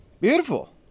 Beautiful